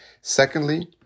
Secondly